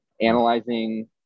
analyzing